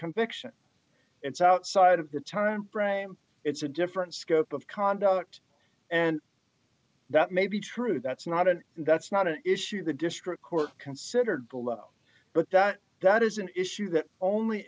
conviction it's outside of the time frame it's a different scope of conduct and that may be true that's not an that's not an issue the district court considered below but that that is an issue that only